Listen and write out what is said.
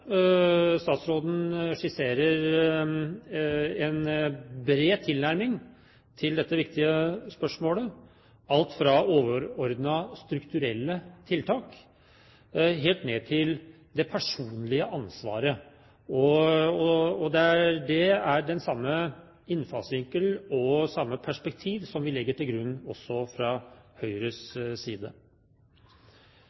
statsråden for svaret. Statsråden skisserer en bred tilnærming til dette viktige spørsmålet, alt fra overordnede strukturelle tiltak helt ned til det personlige ansvaret. Det er den samme innfallsvinkel og det samme perspektiv som vi legger til grunn også fra Høyres